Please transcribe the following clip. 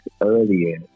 earlier